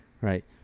Right